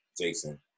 Jason